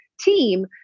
team